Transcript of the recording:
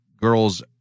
girls